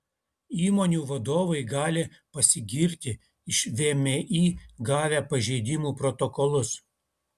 įmonių vadovai gali pasigirti iš vmi gavę pažeidimų protokolus